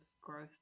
growth